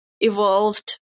evolved